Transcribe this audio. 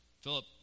Philip